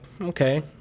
okay